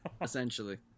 Essentially